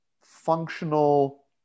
functional